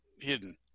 hidden